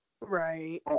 Right